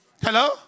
Hello